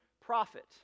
prophet